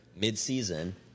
mid-season